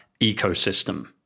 ecosystem